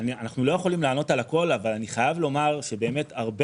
אנחנו לא יכולים לענות על הכול אבל אני חייב לומר שבאמת הרבה